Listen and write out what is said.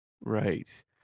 right